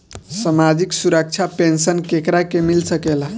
सामाजिक सुरक्षा पेंसन केकरा के मिल सकेला?